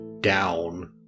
down